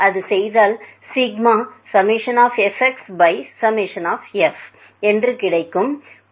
அது செய்தால் சிக்மாfxf என்று கிடைக்கும்